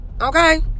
okay